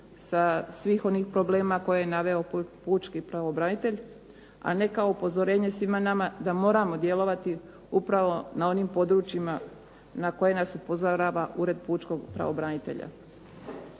sa svih onih problema koje je naveo pučki pravobranitelj, a ne kao upozorenje svima nama da moramo djelovati upravo na onim područjima na koje nas upozorava Ured pučkog pravobranitelja.